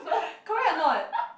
correct or not